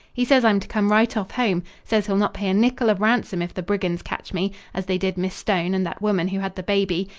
he says i'm to come right off home. says he'll not pay a nickel of ransom if the brigands catch me, as they did miss stone and that woman who had the baby.